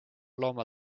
looma